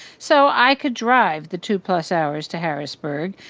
so i could drive the two-plus hours to harrisburg,